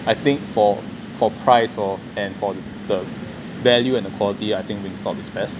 I think for for price hor and for the value and the quality I think wingstop is best